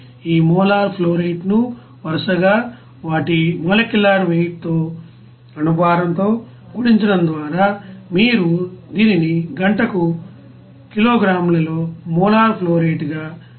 ఈ molar flow rate ను వరసగా వాటి మోలెక్యూలర్ వెయిట్ తో గుణించడం ద్వారా మీరు దీనిని గంటకు కిలోగ్రాములలో మోలార్ ఫ్లో రేట్ గా చేయవచ్చు